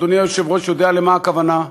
אדוני היושב-ראש יודע למה הכוונה,